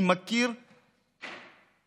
אני מכיר אלפים,